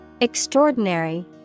Extraordinary